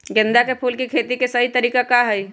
गेंदा के फूल के खेती के सही तरीका का हाई?